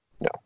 No